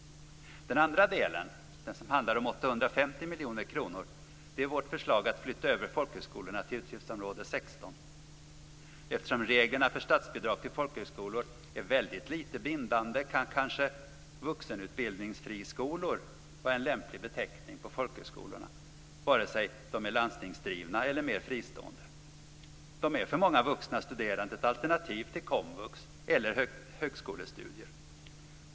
Den andra delen, som handlar om 850 miljoner kronor, är vårt förslag att flytta över folkhögskolorna till utgiftsområde 16. Eftersom reglerna för statsbidrag till folkhögskolor är väldigt lite bindande kan kanske vuxenutbildningsfriskolor vara en lämplig beteckning på folkhögskolorna, oavsett om de är landstingsdrivna eller mer fristående. De är för många vuxna studerande ett alternativ till komvux eller högskolestudier.